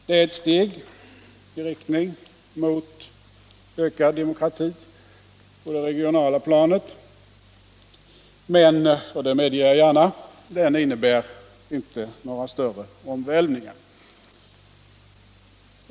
Den är ett steg i riktning mot ökad demokrati på det regionala planet, men — och det medger jag gärna — den innebär inte några större omvälvningar.